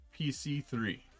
PC3